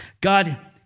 God